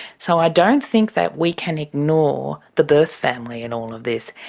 so i don't think that we can ignore the birth family in all of this.